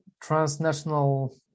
transnational